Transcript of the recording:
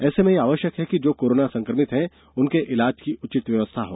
ऐसे में यह आवश्यक है कि जो कोरोना संक्रमित हैं उनके इलाज की उचित व्यवस्था हो